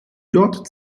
dort